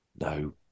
No